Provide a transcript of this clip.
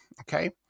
Okay